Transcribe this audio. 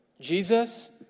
Jesus